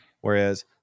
Whereas